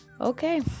Okay